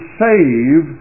save